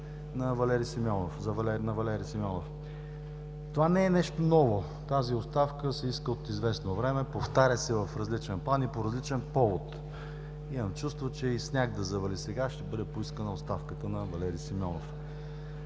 на Валери Симеонов. Това не е нещо ново. Тази оставка се иска от известно време, повтаря се в различен план и по различен повод. Имам чувството, че и сняг да завали сега, ще бъде поискана оставката на Валери Симеонов.